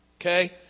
okay